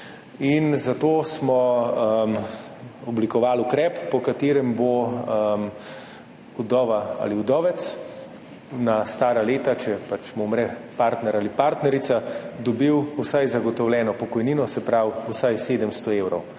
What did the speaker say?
Zato smo oblikovali ukrep, po katerem bo vdova ali vdovec na stara leta, če mu umre partner ali partnerica, dobil vsaj zagotovljeno pokojnino, se pravi vsaj 700 evrov